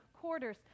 quarters